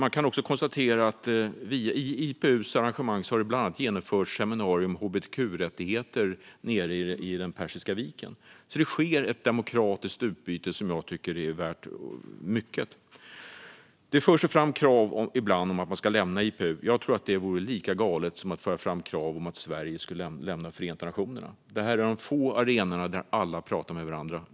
Man kan också konstatera att det i arrangemang av IPU bland annat har genomförts seminarier om hbtq-rättigheter nere vid Persiska viken. Det sker alltså ett demokratiskt utbyte som jag tycker är värt mycket. Det förs ibland fram krav på att Sverige ska lämna IPU. Jag tror att det är lika galet som att föra fram krav på att Sverige skulle lämna Förenta nationerna. IPU är en av få arenor där alla pratar med varandra.